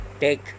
Take